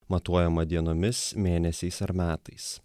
matuojamą dienomis mėnesiais ar metais